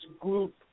group